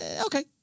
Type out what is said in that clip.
okay